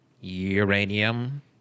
Uranium